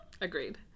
Agreed